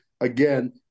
again